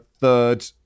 third